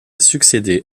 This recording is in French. succédé